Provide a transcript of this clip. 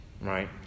right